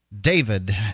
David